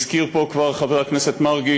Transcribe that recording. הזכיר פה כבר חבר הכנסת מרגי